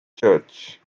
church